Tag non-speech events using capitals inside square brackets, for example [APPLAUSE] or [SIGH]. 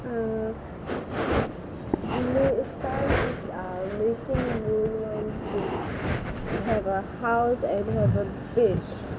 err [BREATH] I am waiting I got house and I got a bed